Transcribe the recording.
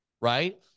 right